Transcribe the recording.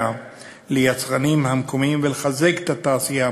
ליצרנים המקומיים ולחזק את התעשייה המקומית,